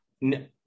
no